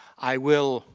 i will